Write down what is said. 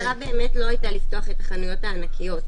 המטרה לא הייתה לפתוח את החנויות הענקיות.